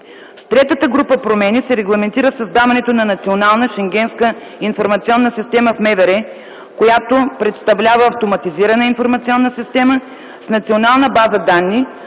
С третата група промени се регламентира създаването на Националната Шенгенска информационна система в МВР, която представлява автоматизирана информационна система с национална база данни,